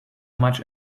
much